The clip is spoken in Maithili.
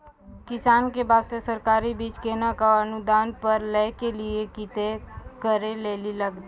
किसान के बास्ते सरकारी बीज केना कऽ अनुदान पर लै के लिए की करै लेली लागतै?